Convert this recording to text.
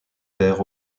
pères